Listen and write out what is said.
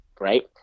Right